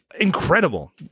Incredible